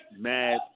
mad